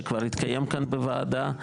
שכבר התקיים כאן בוועדה,